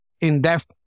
in-depth